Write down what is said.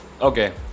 okay